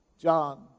John